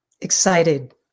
Excited